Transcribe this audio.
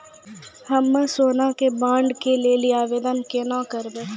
हम्मे सोना के बॉन्ड के लेली आवेदन केना करबै?